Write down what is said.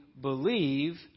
believe